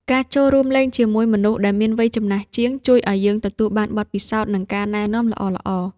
ការចូលរួមលេងជាមួយមនុស្សដែលមានវ័យចំណាស់ជាង ជួយឱ្យយើងទទួលបានបទពិសោធន៍ និងការណែនាំល្អៗ។